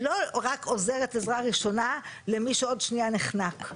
היא לא רק עוזרת עזרה ראשונה למי שעוד שנייה נחנק.